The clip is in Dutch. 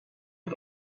het